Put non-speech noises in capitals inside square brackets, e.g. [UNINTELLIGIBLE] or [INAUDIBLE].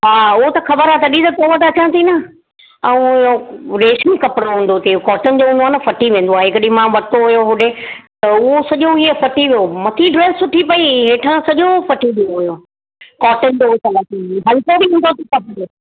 हा हुओ त ख़बर आहे तॾहिं त तव्हां वटि अचां थी न ऐं इयो रेशमी कपिड़ो हूंदो हुते कॉटन जो हूंदो आहे न फटी वेंदो आहे हिकु ॾींहुं मां वरितो हुयो होॾे त हुओ सॼो ईअं फटी वियो मथी ड्रैस सुठी पई हेठां सॼो फटी वियो होयो कॉटन जो माना [UNINTELLIGIBLE] हलको बि हूंदो थी कपिड़ो